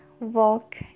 walk